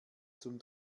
zum